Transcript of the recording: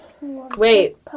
Wait